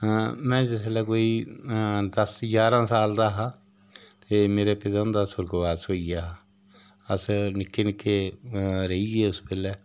आं में जिसलै कोई आं दस जारां साल दा हा ते मेरे पिता हुंदा सुर्गबास होइया हा अस नि'क्के नि'क्के रेही गे उस बेल्लै